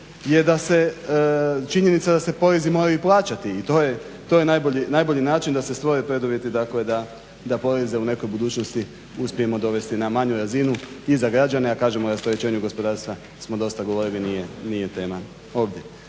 je da se, činjenica da se porezi moraju i plaćati i to je najbolji način da se stvore preduvjeti, dakle da poreze u nekoj budućnosti uspijemo dovesti na manju razinu i za građane, a kažemo o rasterećenju gospodarstva smo dosta govorili nije tema ovdje.